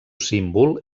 símbol